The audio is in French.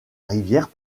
rivière